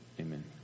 amen